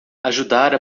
ajudar